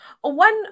One